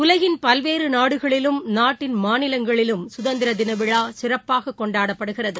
உலகின் பல்வேறுநாடுகளிலும் நாட்டின் மாநிலங்களிலும் சுதந்திரதினவிழாசிறப்பாககொண்டாடப்படுகிறது